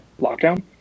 Lockdown